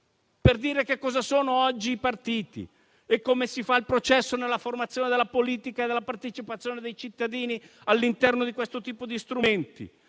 per dire che cosa sono oggi i partiti, come si fa il processo nella formazione della politica e della partecipazione dei cittadini all'interno di questo tipo di strumenti,